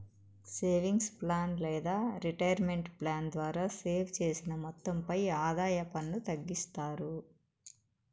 savings plan లేదా retirement plan ద్వారా save చేసిన మొత్తంపై ఆదాయ పన్ను తగ్గిస్తారు